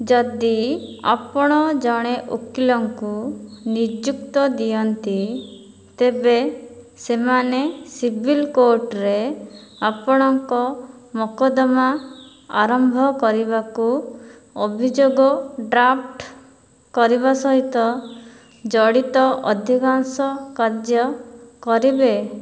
ଯଦି ଆପଣ ଜଣେ ଓକିଲଙ୍କୁ ନିଯୁକ୍ତ ଦିଅନ୍ତି ତେବେ ସେମାନେ ସିଭିଲ୍ କୋର୍ଟରେ ଆପଣଙ୍କ ମକଦ୍ଦମା ଆରମ୍ଭ କରିବାକୁ ଅଭିଯୋଗ ଡ୍ରାଫ୍ଟ କରିବା ସହିତ ଜଡ଼ିତ ଅଧିକାଂଶ କାର୍ଯ୍ୟ କରିବେ